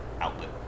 outlet